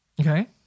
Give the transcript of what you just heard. Okay